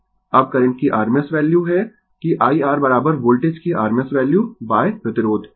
अब करंट की rms value है कि IR वोल्टेज की rms वैल्यू प्रतिरोध